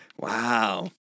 Wow